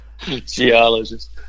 Geologist